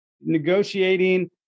Negotiating